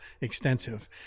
extensive